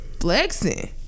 flexing